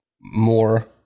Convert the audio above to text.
more